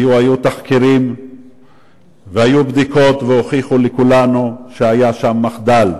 היו תחקירים והיו בדיקות שהוכיחו לכולנו שהיה שם מחדל.